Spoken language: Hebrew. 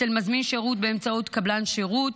אצל מזמין שירות באמצעות קבלן שירות,